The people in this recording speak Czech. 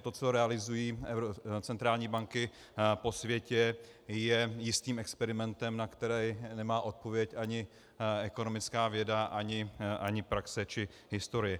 To, co realizují centrální banky po světě, je jistým experimentem, na který nemá odpověď ani ekonomická věda, ani praxe či historie.